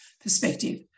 perspective